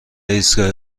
ایستگاه